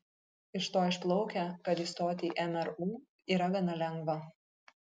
iš to išplaukia kad įstoti į mru yra gana lengva